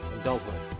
adulthood